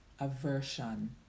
aversion